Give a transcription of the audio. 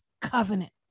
covenant